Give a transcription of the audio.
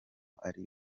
ari